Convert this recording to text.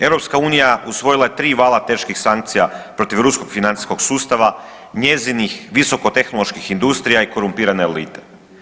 EU usvojila je tri vala teških sankcija protiv ruskog financijskog sustava, njezinih visokotehnoloških industrija i korumpirane elite.